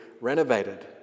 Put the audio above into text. renovated